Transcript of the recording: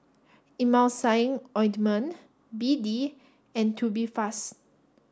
Emulsying ointment B D and Tubifast